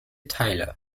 teile